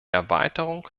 erweiterung